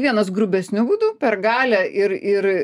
vienas grubesniu būdu per galią ir ir